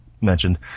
mentioned